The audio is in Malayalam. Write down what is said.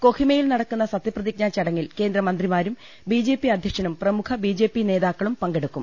കൊഹിമയിൽ നടക്കുന്ന സത്യപ്രതിജ്ഞാ ചടങ്ങിൽ കേന്ദ്രമന്ത്രി മാരും ബിജെപി അധ്യക്ഷനും പ്രമുഖ ബിജെപി നേതാക്കളും പങ്കെ ടുക്കും